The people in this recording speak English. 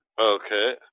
Okay